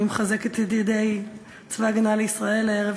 אני מחזקת את ידי צבא ההגנה לישראל הערב,